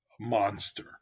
monster